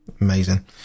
Amazing